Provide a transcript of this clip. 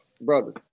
Brother